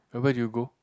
where did you go